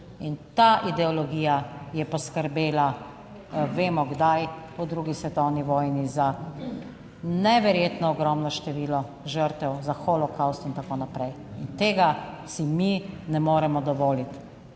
In ta ideologija je poskrbela, vemo kdaj, po drugi svetovni vojni za neverjetno ogromno število žrtev za holokavst in tako naprej. In tega si mi ne moremo dovoliti